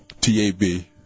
T-A-B